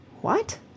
What